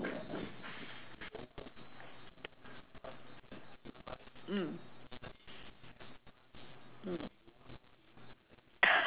mm mm